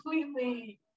completely